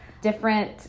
different